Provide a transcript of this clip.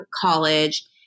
college